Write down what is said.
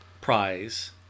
Prize